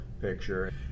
picture